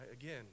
Again